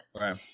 Right